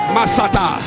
Masata